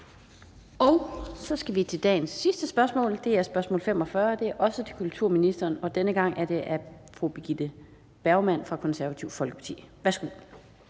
Så skal vi til dagens sidste spørgsmål. Det er spørgsmål 45, og det er også til kulturministeren, og denne gang er det fra fru Birgitte Bergman fra Det Konservative Folkeparti. Kl.